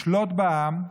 לשלוט בעם,